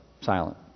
Silent